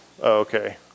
okay